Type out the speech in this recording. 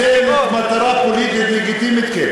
אם זה למטרה פוליטית לגיטימית,